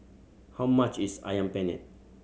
how much is Ayam Penyet